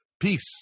Peace